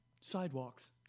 sidewalks